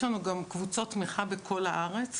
יש לנו גם קבוצות תמיכה בכל הארץ,